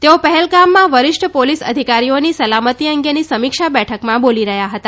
તેઓ પહલગામમાં વરિષ્ઠ પોલિસ અધિકારીઓની સલામતી અંગેની સમીક્ષા બેઠકમાં બોલી રહ્યા હતા